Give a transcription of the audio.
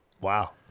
Wow